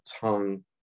tongue